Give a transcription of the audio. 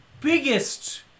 biggest